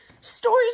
stories